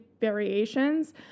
variations